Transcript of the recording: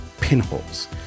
pinholes